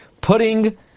putting